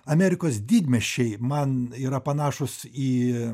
amerikos didmiesčiai man yra panašūs į